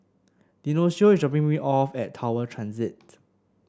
Dionicio is dropping me off at Tower Transit